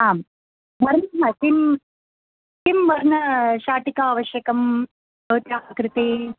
आं वर्णः किं किं वर्णशाटिका आवश्यकं भवत्याः कृते